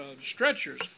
stretchers